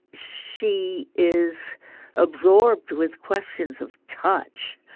she is absorbed with questions of touch,